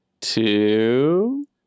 Two